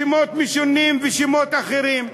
שמות משונים ושמות אחרים.